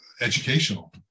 educational